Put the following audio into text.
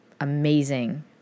amazing